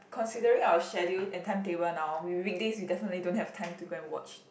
considering our schedule and timetable now we weekdays we definitely don't have time to go and watch